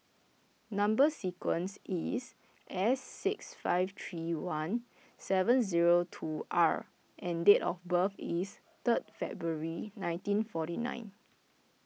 Number Sequence is S six five three one seven zero two R and date of birth is third February nineteen forty nine